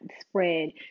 spread